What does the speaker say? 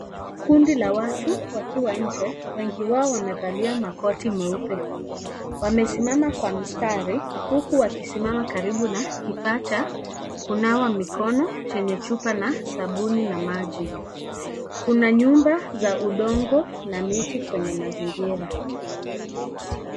Kundi la watu wakiwa nje wengi wao wamevalia makoti meupe wamesimama kwa msitari huku wakisimama karibu na kifaa cha kunawa mikono chenye chupa na sabuni na maji ,kuna nyumba za udongo na miti kwenye mazingira.